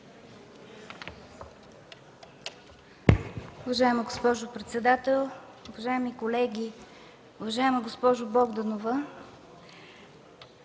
Уважаема госпожо председател, уважаеми колеги! Уважаема госпожо Богданова,